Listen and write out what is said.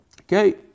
Okay